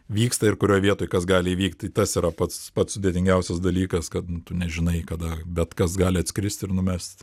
vyksta ir kurioj vietoj kas gali įvykt tai tas yra pats pats sudėtingiausias dalykas kad nu tu nežinai kada bet kas gali atskrist ir numest